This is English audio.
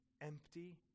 empty